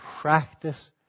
practice